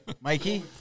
Mikey